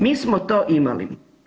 Mi smo to imali.